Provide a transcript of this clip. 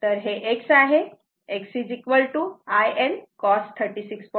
तर हे x आहे x IL cos 36